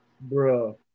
Bro